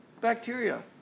bacteria